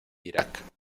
irak